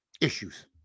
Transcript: issues